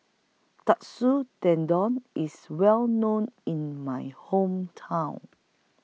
Katsu Tendon IS Well known in My Hometown